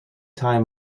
time